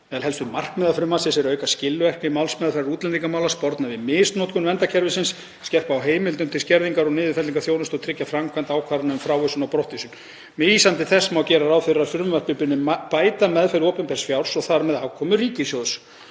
„Meðal helstu markmiða frumvarpsins er að auka skilvirkni málsmeðferðar útlendingamála, sporna við misnotkun verndarkerfisins, skerpa á heimildum til skerðingar og niðurfellingar þjónustu og tryggja framkvæmd ákvarðana um frávísun og brottvísun. Með vísan til þess má gera ráð fyrir að frumvarpið muni bæta meðferð opinbers fjár og þar með afkomu ríkissjóðs.“